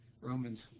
Romans